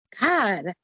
God